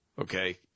okay